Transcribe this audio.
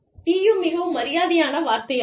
TU மிகவும் மரியாதையான வார்த்தையாகும்